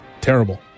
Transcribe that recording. Terrible